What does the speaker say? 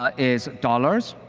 ah is dollars,